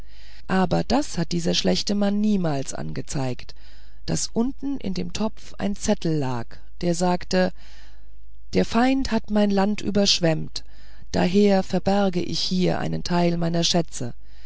aber das hat dieser schlechte mann niemals angezeigt daß unten in dem topf ein zettel lag der sagte der feind hat mein land überschwemmt daher verberge ich hier einen teil meiner schätze